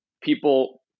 people